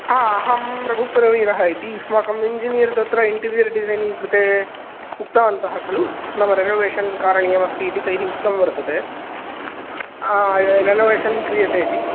हा अहं रघुप्रवीरः इति युष्माकम् इञ्जिनियर् तत्र इण्टिरियर् डिसैनिङ्ग् कृते उक्तवन्तः खलु नाम रेनोवेशन् कारणीयमस्ति इति तैः उक्तं वर्तते रेनोवेशन् क्रियते इति